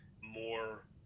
more